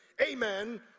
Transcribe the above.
amen